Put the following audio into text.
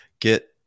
Get